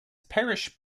parish